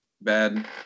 bad